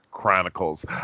Chronicles